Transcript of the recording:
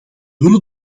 willen